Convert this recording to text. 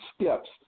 steps